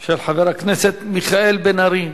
של חבר הכנסת מיכאל בן-ארי.